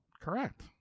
Correct